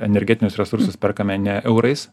energetinius resursus perkame ne eurais